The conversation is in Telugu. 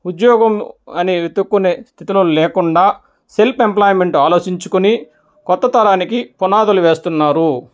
ఉద్యోగం అనే వెతుక్కునే స్థితిలో లేకుండా సెల్ఫ్ ఎంప్లాయ్మెంట్ ఆలోచించుకుని కొత్త తరానికి పునాదులు వేస్తున్నారు